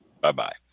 Bye-bye